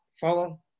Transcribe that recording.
follow